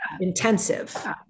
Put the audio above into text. intensive